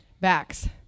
Backs